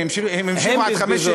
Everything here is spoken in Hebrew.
הם המשיכו עד 05:00,